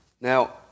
Now